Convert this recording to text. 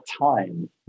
time